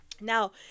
Now